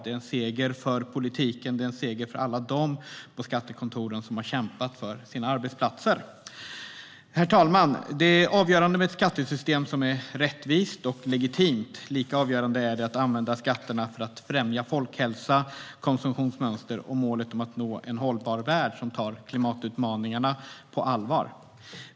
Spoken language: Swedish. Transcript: Det är en seger för politiken och för alla på skattekontoren som har kämpat för sina arbetsplatser. Herr talman! Det är avgörande med ett skattesystem som är rättvist och legitimt. Lika avgörande är det att använda skatterna för att främja folkhälsa, konsumtionsmönster och målet om att nå en hållbar värld som tar klimatutmaningarna på allvar.